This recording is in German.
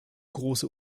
große